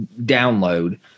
download